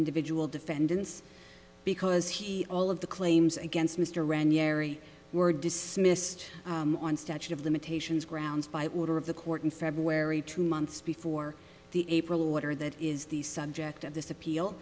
individual defendants because he all of the claims against mr ranieri were dismissed on statute of limitations grounds by order of the court in february two months before the april water that is the subject of this appeal